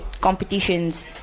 competitions